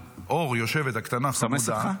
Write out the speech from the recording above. אור הקטנה יושבת, חמודה --- נו, היא מסמסת לך?